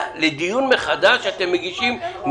אני